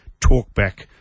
talkback